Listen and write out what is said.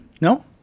No